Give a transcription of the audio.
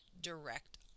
direct